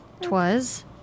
Twas